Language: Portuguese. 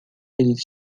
eles